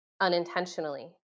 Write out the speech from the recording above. unintentionally